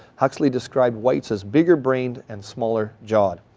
huxley described whites as bigger brained and smaller jawed.